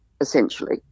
essentially